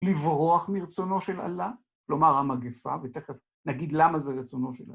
לברוח מרצונו של עלה, לומר, המגפה, ותכף נגיד למה זה רצונו של עלה.